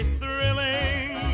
thrilling